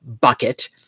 bucket